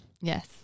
Yes